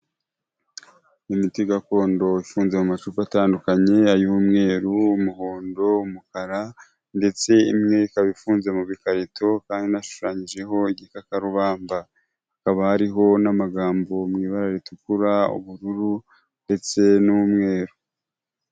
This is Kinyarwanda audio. Imiti gakondo ifunze mu macupa atandukanye ay'umweru, umuhondo, umukara ndetse imwe ikaba ifunze mu bikarito kandi inashushanyijeho igikakarubamba. Hakaba hariho n'amagambo mw’ibara ritukura, ubururu, ndetse n'umweru.